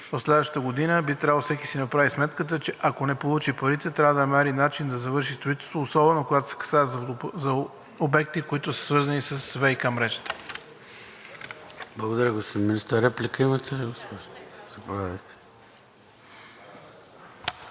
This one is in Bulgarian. в следващата година би трябвало всеки да си направи сметката, че ако не получи парите, трябва да намери начин да завърши строителството, особено когато се касае за обекти, които са свързани с ВиК мрежата. ПРЕДСЕДАТЕЛ ЙОРДАН ЦОНЕВ: Благодаря, господин Министър. Реплика имате ли, госпожо